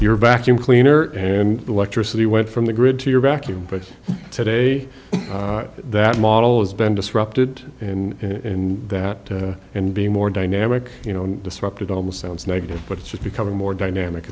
your back in cleaner and electricity went from the grid to your vacuum but today that model has been disrupted in that and be more dynamic you know disrupted almost sounds negative but it's just becoming more dynamic